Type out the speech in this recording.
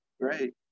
Great